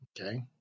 Okay